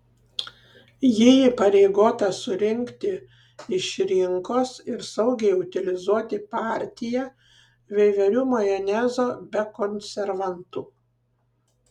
ji įpareigota surinkti iš rinkos ir saugiai utilizuoti partiją veiverių majonezo be konservantų